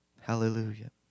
Hallelujah